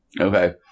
Okay